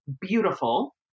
beautiful